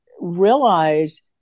realize